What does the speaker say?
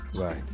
right